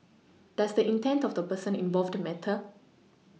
does the intent of the person involved matter